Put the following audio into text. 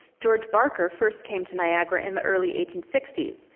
george barker first came to niagara in the early eighteen sixty s,